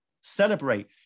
celebrate